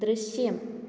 ദൃശ്യം